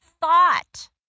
thought